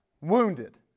wounded